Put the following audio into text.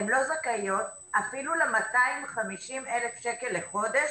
הן לא זכאיות אפילו ל-250,000 שקל בחודש